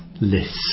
list